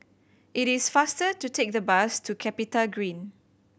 it is faster to take the bus to CapitaGreen